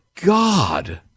God